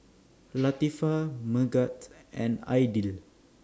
Latifa Megat and Aidil